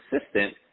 assistant